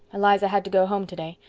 eliza had to go home today.